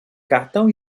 cartão